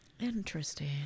Interesting